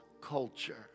culture